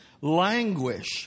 languish